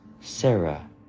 Sarah